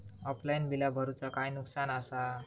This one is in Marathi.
ऑफलाइन बिला भरूचा काय नुकसान आसा?